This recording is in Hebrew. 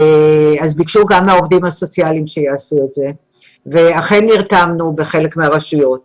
ביקשו גם מהעובדים הסוציאליים שיעשו זאת ואכן בחלק מהרשויות נרתמנו לזה.